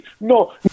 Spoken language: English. no